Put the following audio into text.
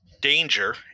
danger